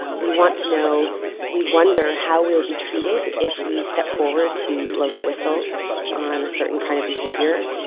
ah we want to know we wonder how we'll be treated treated if we step forward to blow the whistle on a certain kind of behavior.